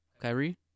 Kyrie